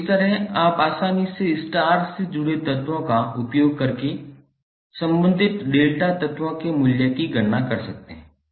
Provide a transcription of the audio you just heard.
तो इस तरह आप आसानी से स्टार से जुड़े तत्वों का उपयोग करके संबंधित डेल्टा तत्वों के मूल्य की गणना कर सकते हैं